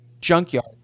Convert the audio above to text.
junkyard